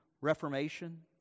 reformation